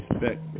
Respect